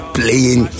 playing